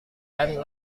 dan